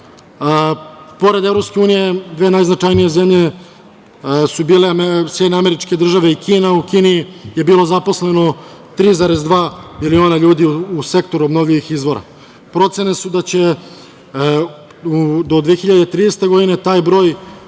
pored EU dve najznačajnije zemlje su bile SAD i Kina. U Kini je bilo zaposleno 3,2 miliona ljudi u sektoru obnovljivih izvora. Procene su da će do 2030. godine taj broj